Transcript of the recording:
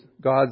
God's